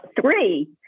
Three